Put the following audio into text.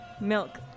Milk